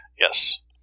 Yes